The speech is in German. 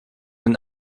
den